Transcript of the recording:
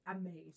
Amazing